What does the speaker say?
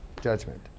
judgment